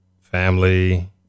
family